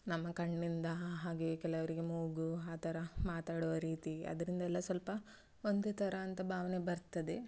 ನಮ್ಮ ಕಣ್ಣಿಂದ ಹಾಗೆ ಕೆಲವರಿಗೆ ಮೂಗು ಆ ಥರ ಮಾತಾಡುವ ರೀತಿ ಅದರಿಂದೆಲ್ಲ ಸ್ವಲ್ಪ ಒಂದೇ ಥರ ಅಂತ ಭಾವನೆ ಬರ್ತದೆ